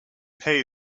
pay